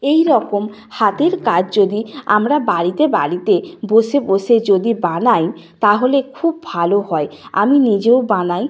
এই রকম হাতের কাজ যদি আমরা বাড়িতে বাড়িতে বসে বসে যদি বানাই তাহলে খুব ভালো হয় আমি নিজেও বানাই